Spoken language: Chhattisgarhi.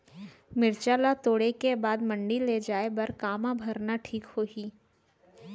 मिरचा ला तोड़े के बाद मंडी ले जाए बर का मा भरना ठीक होही?